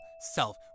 self